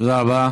תודה רבה.